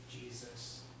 Jesus